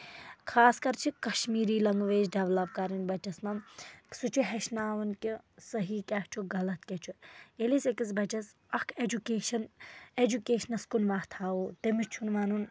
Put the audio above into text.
خاص کَر چھِ کَشمیٖری لیٚنٛگویج ڈیٚولَپ کَرٕنۍ بَچس منٛز سُہ چھُ ہٮ۪چھناوُن کہِ صحیٖح کیٛاہ چُھ غلط کیٛاہ چھُ ییٚلہِ أسۍ أکِس بَچس اکھ ایجوکیشَن ایٚجوٗکیشنَس کُن وَتھ ہاوو تٔمِس چُھ نہٕ وَنُن